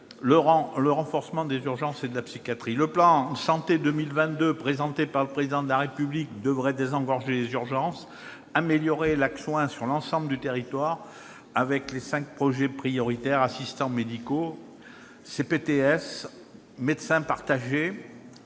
le renforcement des urgences et de la psychiatrie. Le plan « Santé 2022 » présenté par le Président de la République devrait désengorger les urgences et améliorer l'accès aux soins sur l'ensemble du territoire avec ses cinq projets prioritaires : les assistants médicaux, les communautés